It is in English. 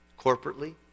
corporately